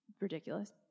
ridiculous